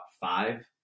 five